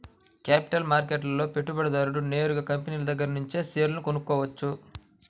capital మార్కెట్లో పెట్టుబడిదారుడు నేరుగా కంపినీల దగ్గరనుంచే షేర్లు కొనుక్కోవచ్చు